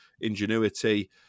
ingenuity